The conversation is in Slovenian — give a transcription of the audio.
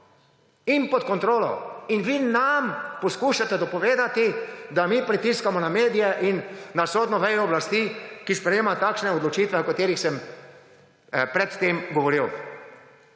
In pod kontrolo. In vi nam poskušate dopovedati, da mi pritiskamo na medije in na sodno vejo oblasti, ki sprejema takšne odločitve, o katerih sem pred tem govoril.